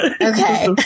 Okay